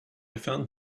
found